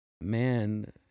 man